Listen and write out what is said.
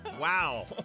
Wow